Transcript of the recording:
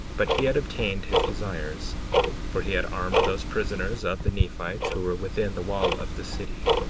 but he had obtained his desires for he had armed those prisoners of the nephites who were within the wall of the city,